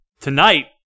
tonight